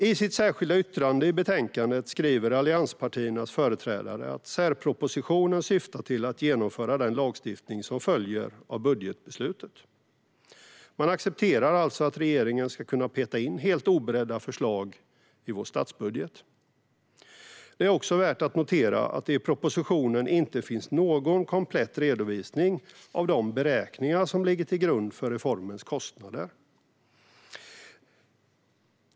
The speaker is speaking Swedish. I sitt särskilda yttrande i betänkandet skriver allianspartiernas företrädare: "Särpropositionen syftar till att genomföra den lagstiftning som följer av budgetbeslutet". Man accepterar alltså att regeringen ska kunna peta in helt oberedda förslag i vår statsbudget. Det är också värt att notera att det i propositionen inte finns någon komplett redovisning av de beräkningar som ligger till grund för reformens kostnader.